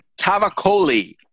Tavacoli